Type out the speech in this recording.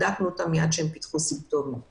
בדקנו אותם ברגע שהם דיווחו על תסמינים שכאלו.